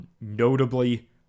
notably